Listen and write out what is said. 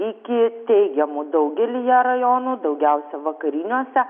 iki teigiamų daugelyje rajonų daugiausia vakariniuose